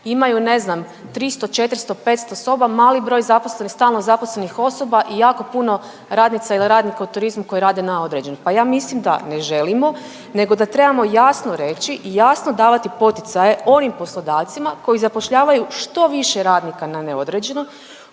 imaju ne znam 300, 400, 500 soba, mali broj zaposlenih, stalno zaposlenih osoba i jako puno radnica ili radnika u turizmu koji rade na određeno? Pa ja mislim da ne želimo nego da trebamo jasno reći i jasno davati poticaje onim poslodavcima koji zapošljavaju što više radnika na neodređeno,